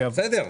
בסדר,